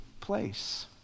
place